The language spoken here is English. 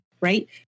right